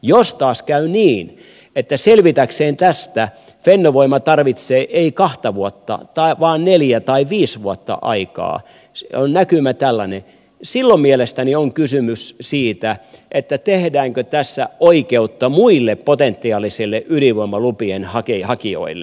jos taas käy niin että selvitäkseen tästä fennovoima tarvitsee ei kahta vuotta vaan neljä tai viisi vuotta aikaa näkymä on tällainen silloin mielestäni on kysymys siitä tehdäänkö tässä oikeutta muille potentiaalisille ydinvoimalupien hakijoille